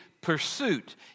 pursuit